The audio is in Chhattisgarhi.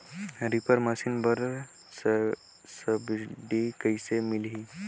रीपर मशीन बर सब्सिडी कइसे मिलही?